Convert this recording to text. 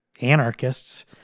anarchists